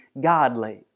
godly